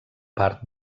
part